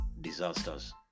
disasters